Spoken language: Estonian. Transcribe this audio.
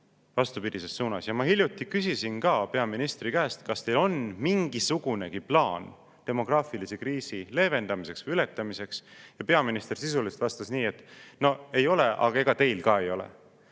vastupidises suunas. Ma hiljuti küsisin peaministri käest, kas neil on mingisugunegi plaan demograafilise kriisi leevendamiseks või ületamiseks. Ja peaminister sisuliselt vastas nii: "No ei ole, aga ega teil ka ei ole."